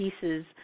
pieces